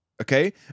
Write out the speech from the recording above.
okay